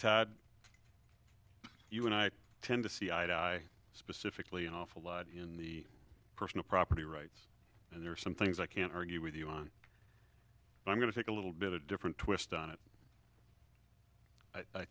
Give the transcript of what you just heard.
weeks you and i tend to see eye to eye specifically an awful lot in the personal property rights and there are some things i can't argue with you on i'm going to take a little bit a different twist on it i